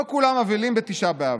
לא כולם אבלים בט' באב.